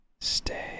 Stay